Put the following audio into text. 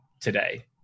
today